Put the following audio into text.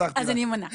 אז אני אמנע.